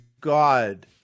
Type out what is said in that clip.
god